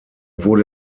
wurde